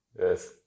Yes